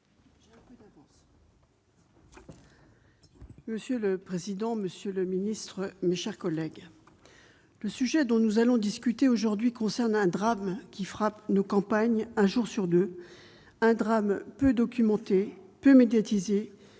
Monsieur le président, monsieur le ministre, mes chers collègues, le sujet dont nous discutons aujourd'hui est un drame qui frappe nos campagnes un jour sur deux, qui est peu documenté, peu médiatisé